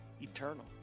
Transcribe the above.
eternal